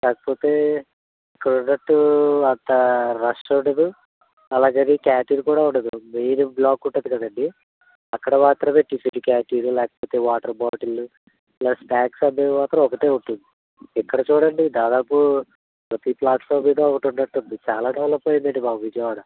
కాకపోతే ఇక్కడ ఉన్నట్టు అంత రష్ ఉండదు అలాగని క్యాంటీన్ కూడా ఉండదు మెయిన్ బ్లాక్కు ఉంటుంది కదా అండి అక్కడ మాత్రమే టిఫిన్ క్యాంటీను లేకపోతే వాటర్ బాటిళ్ళు ఇలా స్నాక్స్ అన్ని మాత్రం ఒకటే ఉంటుంది ఇక్కడ చూడండి దాదాపు ప్రతి ఫ్లాట్ఫామ్ కూడా ఉంటున్నటుంది చాలా డెవెలప్ అయ్యిందండి బాబు విజయవాడ